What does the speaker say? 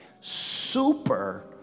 super